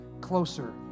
closer